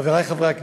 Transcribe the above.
חברי חברי הכנסת,